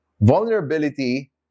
Vulnerability